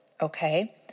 okay